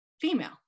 female